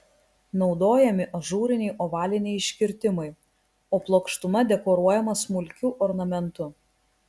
naudojami ažūriniai ovaliniai iškirtimai o plokštuma dekoruojama smulkiu ornamentu